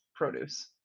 produce